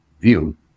view